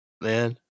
man